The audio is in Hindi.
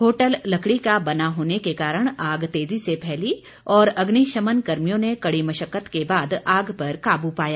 होटल लकड़ी का बना होने के कारण आग तेजी से फैली और अग्निशमन कर्मियों ने कड़ी मशक्कत के बाद आग पर काबू पाया